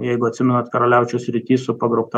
jeigu atsimenat karaliaučiaus srity su pagrobta